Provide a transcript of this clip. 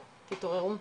תתעוררו.